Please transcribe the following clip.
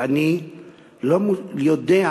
ואני לא יודע,